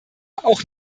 auch